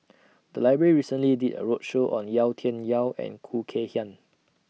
The Library recently did A roadshow on Yau Tian Yau and Khoo Kay Hian